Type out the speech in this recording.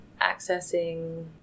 accessing